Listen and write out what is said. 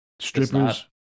Strippers